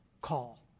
call